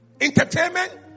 entertainment